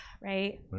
Right